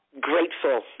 grateful